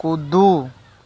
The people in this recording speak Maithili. कुदू